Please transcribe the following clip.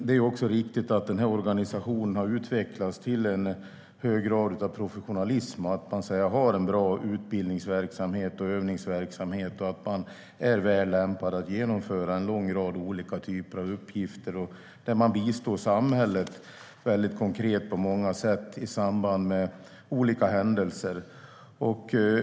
Det är också riktigt att hemvärnsorganisationen har utvecklats till en hög grad av professionalism, att man har en bra utbildnings och övningsverksamhet och att man är väl lämpad att genomföra en lång rad olika typer av uppgifter där man bistår samhället väldigt konkret på många sätt i samband med olika händelser.